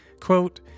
quote